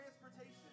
transportation